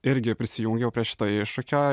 irgi prisijungiau prie šito iššūkio